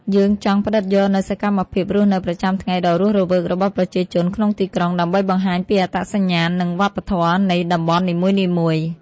យើងចង់ផ្ដិតយកនូវសកម្មភាពរស់នៅប្រចាំថ្ងៃដ៏រស់រវើករបស់ប្រជាជនក្នុងទីក្រុង ដើម្បីបង្ហាញពីអត្តសញ្ញាណ និងវប្បធម៌នៃតំបន់នីមួយៗ។